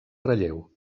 relleu